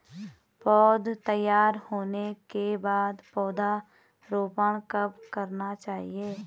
पौध तैयार होने के बाद पौधा रोपण कब करना चाहिए?